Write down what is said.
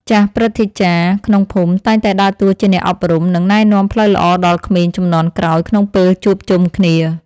ចាស់ព្រឹទ្ធាចារ្យក្នុងភូមិតែងតែដើរតួជាអ្នកអប់រំ និងណែនាំផ្លូវល្អដល់ក្មេងជំនាន់ក្រោយក្នុងពេលជួបជុំគ្នា។